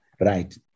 right